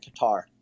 Qatar